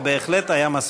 זה בהחלט היה מספיק.